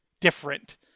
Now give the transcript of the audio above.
different